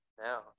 now